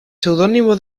seudónimo